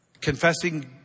Confessing